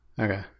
Okay